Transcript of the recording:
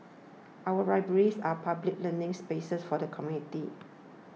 our libraries are public learning spaces for the community